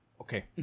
Okay